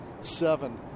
seven